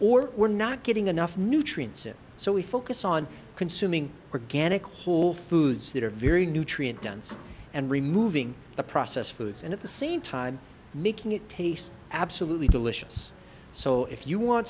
or we're not getting enough nutrients in so we focus on consuming organic whole foods that are very nutrient dense and removing the processed foods and at the same time making it taste absolutely delicious so if you want